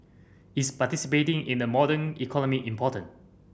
is participating in a modern economy important